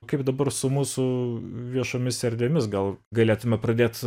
kaip dabar su mūsų viešomis erdvėmis gal galėtume pradėt